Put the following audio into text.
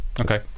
Okay